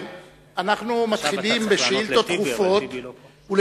אנחנו מתחילים בשאילתות דחופות.